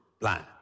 blind